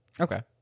Okay